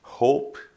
Hope